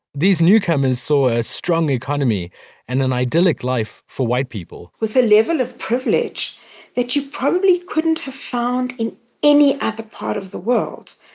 these newcomers saw a strong economy and an idyllic life for white people with a level of privilege that you probably couldn't have found in any other part of the world.